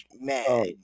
Man